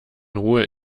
ruhe